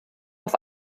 auf